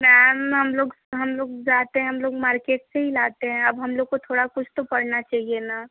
ma'am हम लोग हम लोग जाते हैं हम लोग मार्केट से ही लाते हैं अब हम लोग को थोड़ा कुछ तो पड़ना चाहिए ना